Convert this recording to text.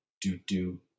do-do